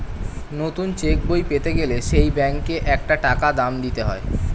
নতুন চেক বই পেতে গেলে সেই ব্যাংকে একটা টাকা দাম দিতে হয়